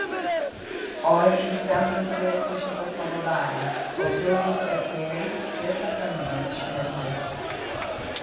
o aš išsemti turėsiu šitą savo dalią kol dzeusas atsileis kiek apraminęs širdį